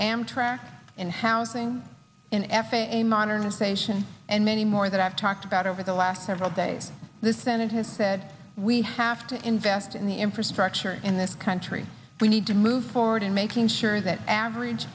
amtrak in housing in f a a modernization and many more that i've talked about over the last several days the senate has said we have to invest in the infrastructure in this country we need to move forward in making sure that average